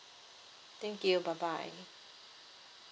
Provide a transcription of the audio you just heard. thank you bye bye